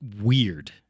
weird